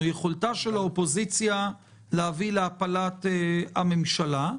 או יכולתה של האופוזיציה להביא להפלת הממשלה.